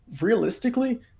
realistically